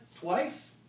twice